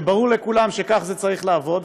שברור לכולם שכך זה צריך לעבוד,